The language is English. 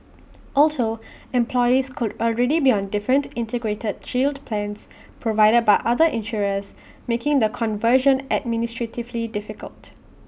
also employees could already be on different integrated shield plans provided by other insurers making the conversion administratively difficult